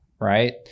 right